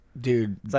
Dude